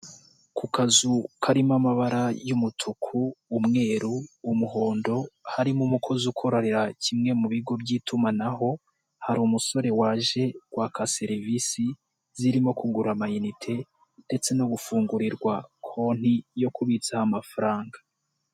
Ku kazu karimo amabara y'umutuku, umweru, umuhondo, harimo umukozi ukorera kimwe mu bigo by'itumanaho, hari umusore waje kwaka serivisi zirimo kugura amayinite ndetse no gufungurirwa konti yo kubitsaho amafaranga.